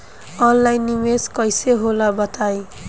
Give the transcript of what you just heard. Online निवेस कइसे होला बताईं?